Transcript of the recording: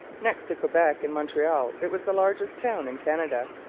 next to quebec and montreal, it was the largest town in canada.